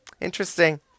Interesting